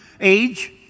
age